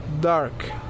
dark